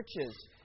churches